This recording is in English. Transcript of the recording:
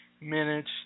minutes